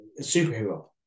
superhero